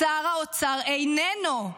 שר האוצר איננו.